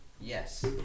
Yes